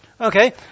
Okay